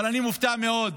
אבל אני מופתע מאוד